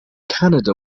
canada